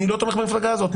אני לא תומך במפלגה הזאת,